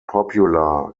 popular